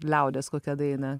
liaudies kokią dainą